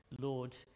Lord